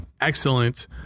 excellent